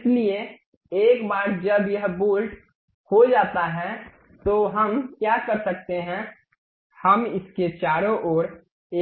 इसलिए एक बार जब यह बोल्ट हो जाता है तो हम क्या कर सकते हैं हम इसके चारों ओर